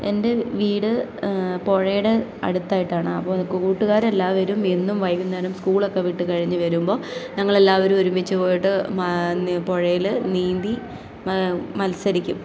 എൻ്റെ വീട് പുഴയുടെ അടുത്തായിട്ടാണ് അപ്പോൾ കൂട്ടുകാരെല്ലാവരും എന്നും വൈകുന്നേരം സ്കൂളൊക്കെ വിട്ട് കഴിഞ്ഞ് വരുമ്പോൾ ഞങ്ങളെല്ലാവരും ഒരുമിച്ച് പോയിട്ട് പുഴയിൽ നീന്തി മത്സരിക്കും